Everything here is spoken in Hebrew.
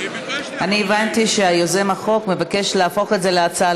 הבנתי שיוזם החוק מבקש להפוך את זה להצעה